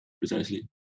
Precisely